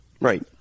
Right